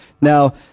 Now